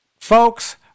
Folks